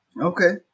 Okay